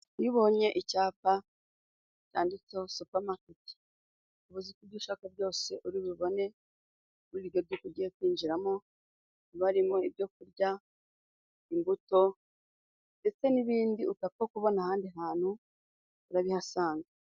Iyo ubonye icyapa cyanditseho supamaketi bivuze ko ibyo ushaka byose uri bubibone muri iryo duka ugiye kwinjiramo，harimo ibyo kurya， imbuto ndetse n'ibindi utapfa kubona ahandi hantu urabihasanga.